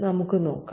നമുക്ക് നോക്കാം